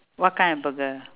what kind of burger